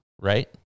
right